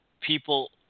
people